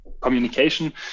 communication